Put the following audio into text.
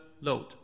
load